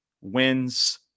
wins